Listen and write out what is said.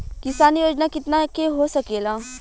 किसान योजना कितना के हो सकेला?